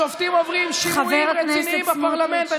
שופטים עוברים שימועים רציניים בפרלמנט.